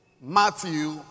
Matthew